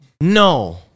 no